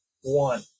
one